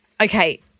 Okay